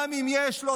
גם אם יש לו,